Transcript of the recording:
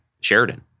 Sheridan